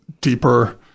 deeper